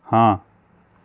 हाँ